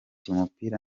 umupira